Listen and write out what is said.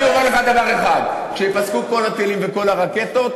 אני אומר לך דבר אחד: כשייפסקו כל הטילים וכל הרקטות,